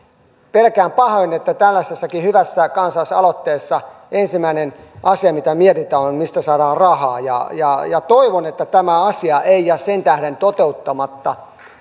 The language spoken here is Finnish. pelkään pahoin että tällaisessakin hyvässä kansalaisaloitteessa ensimmäinen asia mitä mietitään on se mistä saadaan rahaa toivon että tämä asia ei jää sen tähden toteuttamatta